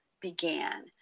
began